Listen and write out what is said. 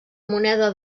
moneda